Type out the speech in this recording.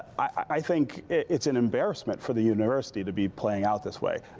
i think it's an embarrassment for the university to be playing out this way.